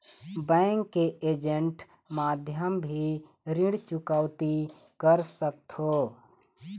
Bank के agent माध्यम भी ऋण चुकौती कर सकथों?